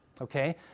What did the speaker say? Okay